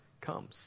comes